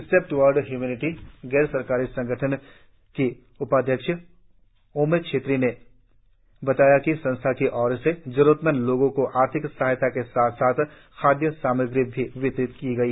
step towards humanity गैर सरकारी संगठन की उपाध्यक्ष ओमे छेत्री ने बताया कि संस्था की ओर से जरुरतमंद लोगों को आर्थिक सहायता के साथ साथ खाद्य सामग्री भी वितरित की गई